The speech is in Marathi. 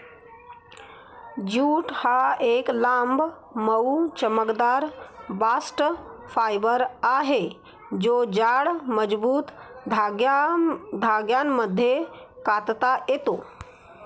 ज्यूट हा एक लांब, मऊ, चमकदार बास्ट फायबर आहे जो जाड, मजबूत धाग्यांमध्ये कातता येतो